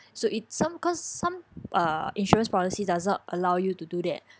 so it's some cause some uh insurance policy does not allow you to do that